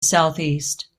southeast